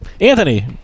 Anthony